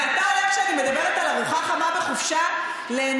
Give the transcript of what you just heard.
ואתה הולך כשאני מדברת על ארוחה חמה בחופשה לנזקקים?